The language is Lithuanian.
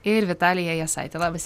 ir vitalija jasaitė labas